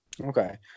Okay